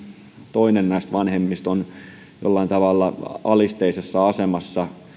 toinen vanhemmista on jollain tavalla alisteisessa asemassa